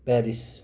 Paris